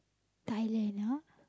Thailand ah